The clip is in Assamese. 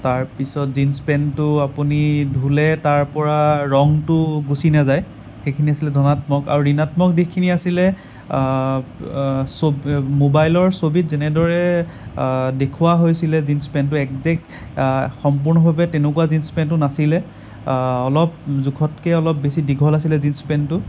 তাৰ পিছত জীন্স পেণ্টটো আপুনি ধুলে তাৰপৰা ৰংটো গুছি নাযায় সেইখিনি আছিলে ধনাত্মক আৰু ঋনাত্মক দিশখিনি আছিলে ছবি মোবাইলৰ ছবিত যেনেদৰে দেখুওঁৱা হৈছিলে জীন্স পেণ্টটো একজেক্ট সম্পূৰ্ণভাৱে তেনেকুৱা জীন্স পেণ্টটো নাছিলে অলপ জোখতকৈ অলপ বেছি দীঘল আছিলে জীন্স পেণ্টটো